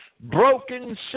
broken